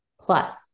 plus